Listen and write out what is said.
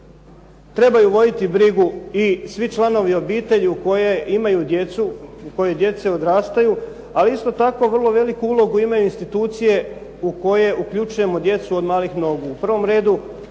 trebaju voditi brigu i svi članovi obitelji koji imaju djecu, u kojoj djeca odrastaju. Ali isto tako vrlo veliku ulogu imaju institucije u koje uključujemo djecu od malih nogu.